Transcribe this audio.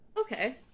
okay